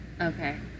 Okay